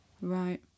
Right